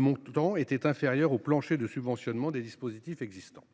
montant était inférieur au plancher de subventionnement des mécanismes existants.